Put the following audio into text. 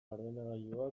ordenagailua